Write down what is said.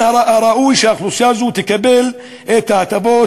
מן הראוי שהאוכלוסייה הזו תקבל את ההטבות,